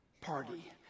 party